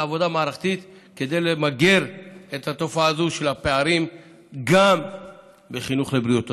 לעבודה מערכתית כדי למגר את התופעה הזו של הפערים גם בחינוך לבריאות.